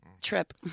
trip